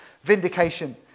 vindication